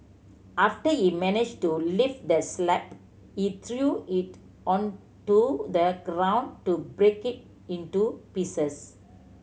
after he managed to lift the slab he threw it onto the ground to break it into pieces